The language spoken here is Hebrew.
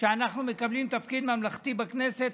כשאנחנו מקבלים תפקיד ממלכתי בכנסת,